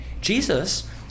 Jesus